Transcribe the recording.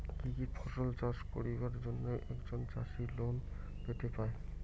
কি কি ফসল চাষ করিবার জন্যে একজন চাষী লোন পায়?